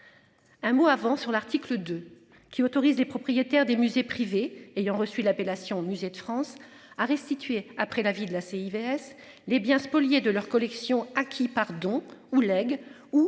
Un mot avant sur l'article 2 qui autorise les propriétaires des musées privés ayant reçu l'appellation Musée de France a restitué après la avis de la CEI vs les biens spoliés de leurs collections acquis pardon ou leg ou